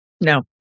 No